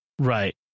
right